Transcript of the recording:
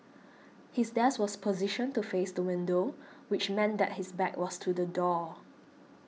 his desk was positioned to face the window which meant that his back was to the door